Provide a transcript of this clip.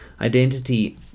identity